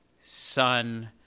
son